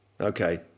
Okay